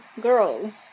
girls